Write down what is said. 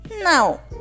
Now